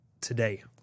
Today